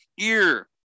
ear